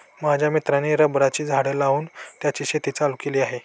माझ्या मित्राने रबराची झाडं लावून त्याची शेती चालू केली आहे